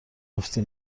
گفتی